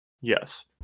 yes